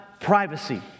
privacy